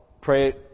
pray